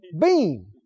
Beam